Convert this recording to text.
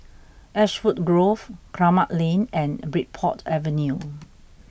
Ashwood Grove Kramat Lane and Bridport Avenue